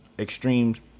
extremes